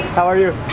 how are you?